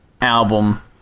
album